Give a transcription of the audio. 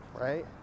right